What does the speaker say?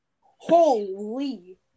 Holy